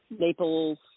Naples